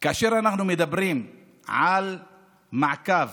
אנחנו מדברים על מעקב